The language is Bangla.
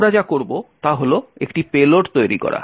আমরা যা করব তা হল একটি পেলোড তৈরি করা